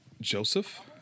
Joseph